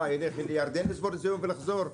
הוא ילך לירדן לצבור ניסיון ויחזור?